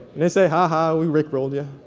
and you say ha-ha, we rickrolled yeah